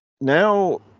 now